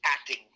acting